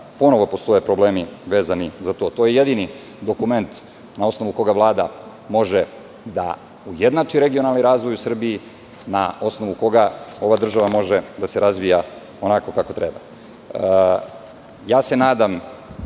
ponovo postoje problemi vezani za to. To je jedini dokument na osnovu koga Vlada može da ujednači regionalni razvoj u Srbiji, na osnovu koga ova država može da se razvija onako kako treba. Nadam